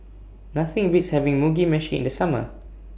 Nothing Beats having Mugi Meshi in The Summer